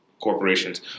corporations